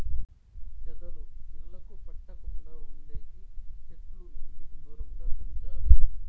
చెదలు ఇళ్లకు పట్టకుండా ఉండేకి సెట్లు ఇంటికి దూరంగా పెంచాలి